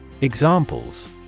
Examples